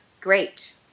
great